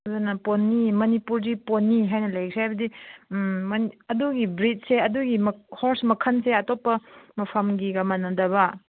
ꯑꯗꯨꯅ ꯄꯣꯅꯤ ꯃꯅꯤꯄꯨꯔꯒꯤ ꯄꯣꯅꯤ ꯍꯥꯏꯅ ꯂꯩꯈ꯭ꯔꯦ ꯍꯥꯏꯕꯗꯤ ꯎꯝ ꯑꯗꯨꯒꯤ ꯕ꯭ꯔꯤꯠꯁꯦ ꯑꯗꯨꯒꯤ ꯍꯣꯔꯁ ꯃꯈꯜꯁꯦ ꯑꯇꯣꯞꯄ ꯃꯐꯝꯒꯤꯒ ꯃꯥꯟꯅꯗꯕ